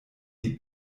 die